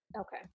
Okay